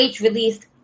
released